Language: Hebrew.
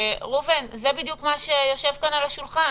ראובן, זה בדיוק מה שיושב כאן על השולחן.